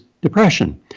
depression